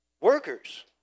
workers